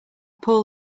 paul